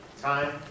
Time